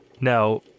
Now